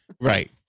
Right